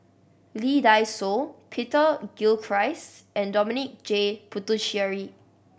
Lee Dai Soh Peter Gilchrist and Dominic J Puthucheary